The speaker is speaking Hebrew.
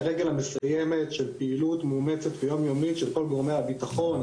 ה"רגל המסיימת" של הפעילות מאומצת ויומיומית של כל גורמי הביטחון,